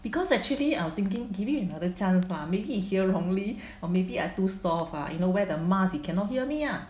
because actually I was thinking give him another chance lah maybe he hear wrongly or maybe I too soft ah you know wear the mask he cannot hear me ah